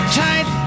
tight